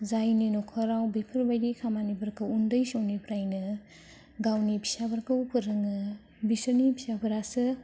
जायनि न'खराव बेफोरबायदि खामानिफोरखौ उन्दै समनिफ्रायनो गावनि फिसाफोरखौ फोरोङो बिसोरनि फिसाफोरासो